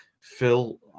Phil